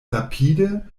rapide